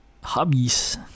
hobbies